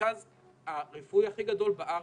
המרכז הרפואי הכי גדול בארץ,